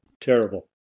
Terrible